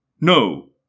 No